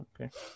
Okay